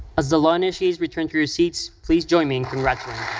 as the law initiates return to their seats, please join me and congratulating